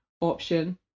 option